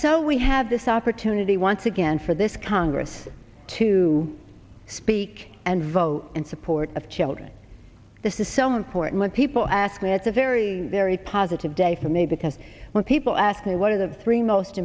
so we have this opportunity once again for this congress to speak and vote in support of children this is so important people ask me it's a very very positive day for me because when people ask me what are the three most